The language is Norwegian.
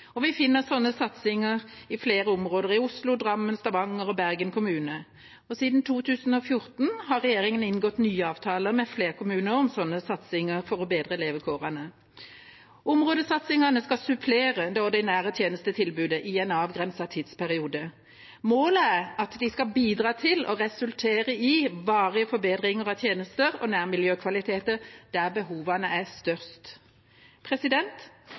og vi finner sånne satsinger i flere områder – i Oslo, Drammen, Stavanger og Bergen kommune. Siden 2014 har regjeringen inngått nye avtaler med flere kommuner om sånne satsinger for å bedre levekårene. Områdesatsingene skal supplere det ordinære tjenestetilbudet i en avgrenset tidsperiode. Målet er at de skal bidra til og resultere i varige forbedringer av tjenester og nærmiljøkvaliteter der behovene er størst.